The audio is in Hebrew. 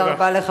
תודה רבה, תודה.